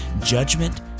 judgment